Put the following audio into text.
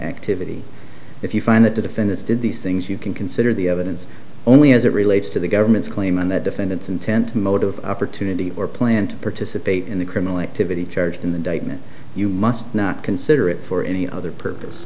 activity if you find that the defendants did these things you can consider the evidence only as it relates to the government's claim and the defendant's intent motive opportunity or plant to participate in the criminal activity charged in the document you must not consider it for any other purpose